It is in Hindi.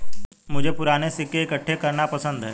मुझे पूराने सिक्के इकट्ठे करना पसंद है